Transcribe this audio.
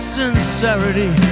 sincerity